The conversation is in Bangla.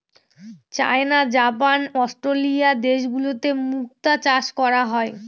চাইনা, জাপান, অস্ট্রেলিয়া দেশগুলোতে মুক্তো চাষ করা হয়